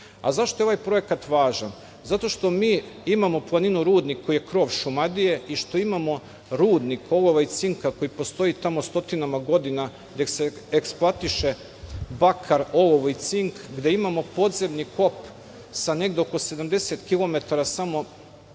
je ovaj projekat važan ?Zato što mi imamo planinu Rudnik koji je krov Šumadije, i što imamo rudnik olova, cinka i koji postoji tamo stotinu godina, gde se eksploatiše bakar, olovo i cink, gde imamo podzemni kop sa negde oko 70 kilometara